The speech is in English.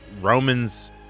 Roman's